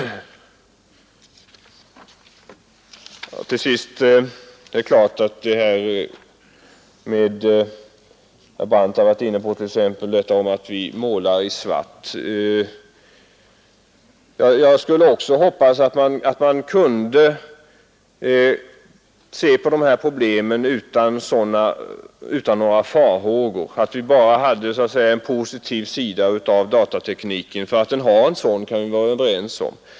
Herr Brandt sade också att vi målar i svart. Ja, jag skulle vara glad om vi kunde se på dessa problem utan farhågor och man bara hade en positiv sida hos datatekniken. Att den har en sådan positiv sida kan vi vara överens om.